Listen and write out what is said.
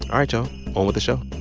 all right, y'all, on with the show